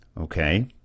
Okay